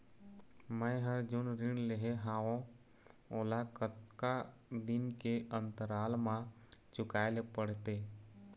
मैं हर जोन ऋण लेहे हाओ ओला कतका दिन के अंतराल मा चुकाए ले पड़ते?